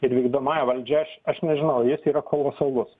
ir vykdomąja valdžia aš aš nežinau jis yra kolosalus